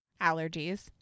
Allergies